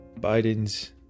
Biden's